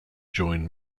join